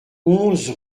onze